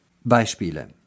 Beispiele